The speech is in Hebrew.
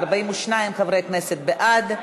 42 חברי כנסת בעד,